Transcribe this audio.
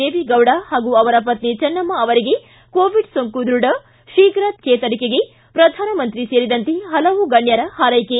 ದೇವೇಗೌಡ ಹಾಗೂ ಅವರ ಪತ್ನಿ ಚೆನ್ನಮ್ಮ ಅವರಿಗೆ ಕೋವಿಡ್ ಸೋಂಕು ದೃಢ ಶೀಘ್ ಜೇತರಿಕೆಗೆ ಪ್ರಧಾನಮಂತ್ರಿ ಸೇರಿದಂತೆ ಹಲವು ಗಣ್ಣರ ಹಾರ್ಟೆಕೆ